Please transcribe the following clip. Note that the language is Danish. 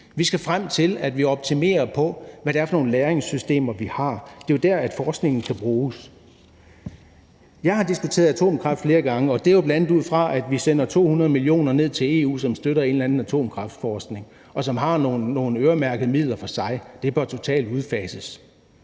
Vi skal frem til, at vi optimerer på, hvad det er for nogle lagringssystemer, vi har. Det er jo der, forskningen kan bruges. Jeg har diskuteret atomkraft flere gange, og det er jo bl.a. ud fra, at vi sender 200 mio. kr. ned til EU, som støtter en eller anden atomkraftforskning, og som er nogle øremærkede midler for sig. Det bør totalt udfases.